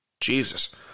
Jesus